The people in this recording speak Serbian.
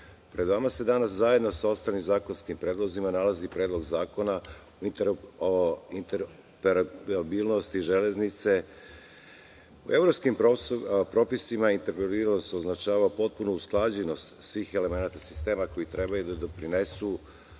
pred nama se danas zajedno sa ostalim zakonskim predlozima nalazi Predlog zakona o interoperabilnosti Železnice. U evropskim propisima interoperabilnost označava potpuno usklađenost sistema koji treba da doprinesu